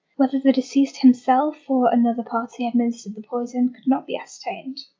whether the deceased himself or another party administered the poison could not be ascertained.